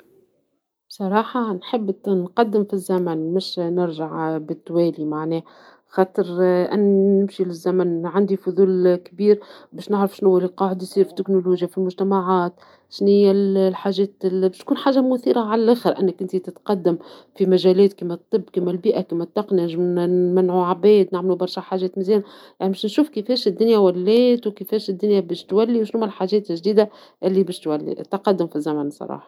بصراحة نحب نقدم في الزمن مش نرجع بالتوالي معناها ، خاطر أن نمشي بالزمن عندي فضول كبير باش نعرف شنوا لي قاعد يصير في التكنولوجيا ، في المجتمعات ، شنيا الحاجات باش تكون حاجات مثيرة علخر ، أنك تزيد تتقدم في مجالات كما الطب كما البيئة كما التقنية نجم نمنعوا عباد نعملوا برشا حاجات مزيانة ، باش نشوف كفاش الدنيا ولات وكفاش الدنيا باش تولي وشنو هوا الحاجات الجديدة الي باش تولي ، التقدم في الزمن بصراحة